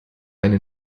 eine